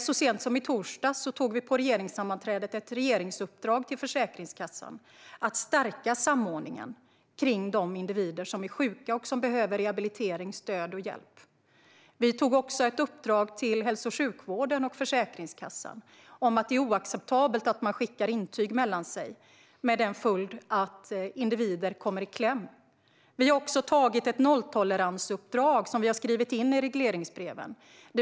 Så sent som i torsdags beslutade vi på regeringssammanträdet om ett regeringsuppdrag till Försäkringskassan: att stärka samordningen kring de individer som är sjuka och behöver rehabilitering, stöd och hjälp. Vi fattade också beslut som innebär att det är oacceptabelt att hälso och sjukvården och Försäkringskassan skickar intyg mellan sig som får till följd att individen kommer i kläm. Vi har dessutom fattat ett nolltoleransbeslut som vi har skrivit in i regleringsbreven.